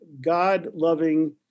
God-loving